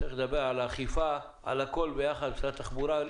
צריך לדבר על אכיפה, על הכול ביחד, משרד התחבורה.